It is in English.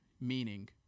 meaning